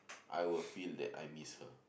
I will feel that I miss her